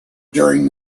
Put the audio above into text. during